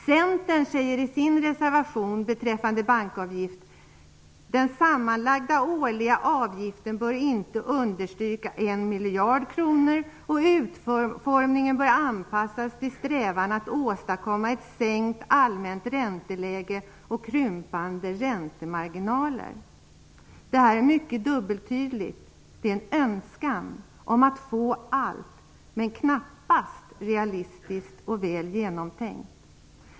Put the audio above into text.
Centern säger i sin reservation beträffande bankgarantiavgift: "Den sammanlagda årliga avgiften bör inte understiga 1 miljard kronor, och utformningen bör anpassas till strävan att åstadkomma ett sänkt allmänt ränteläge och krympande räntemarginaler." Detta är mycket dubbeltydigt. Det är en önskan om att få allt, men det är knappast realistiskt och väl genomtänkt.